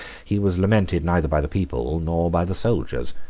he was lamented neither by the people nor by the soldiers.